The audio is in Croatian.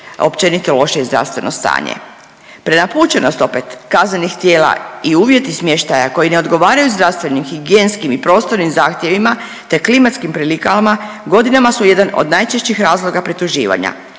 općenito lošije zdravstveno stanje. Prenapučenost opet kaznenih tijela i uvjeti smještaja koji ne odgovaraju zdravstvenim, higijenskim i prostornim zahtjevima te klimatskim prilikama, godinama su jedan od najčešćih razloga prituživanja.